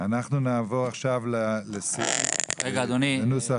אנחנו נעבור עכשיו --- רגע, אדוני.